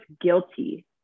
guilty